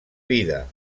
vida